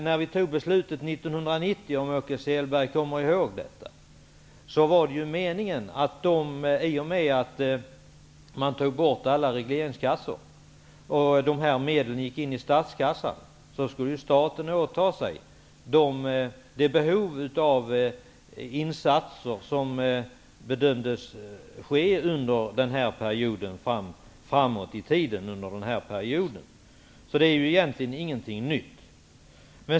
När vi fattade beslutet 1990, om Åke Selberg kommer ihåg det, var avsikten att staten genom att alla regleringskassor togs bort och dessa medel gick in i statskassan skulle åta sig att de insatser som bedömdes nödvändiga framåt i tiden under denna period. Så det är egentligen ingenting nytt.